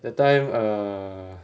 that time err